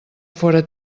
fóra